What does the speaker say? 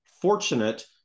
fortunate